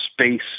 space